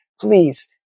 please